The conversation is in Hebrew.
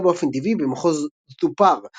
הגדלה באופן טבעי במחוז ד׳ופאר